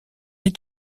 est